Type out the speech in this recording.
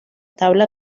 tabla